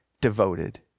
devoted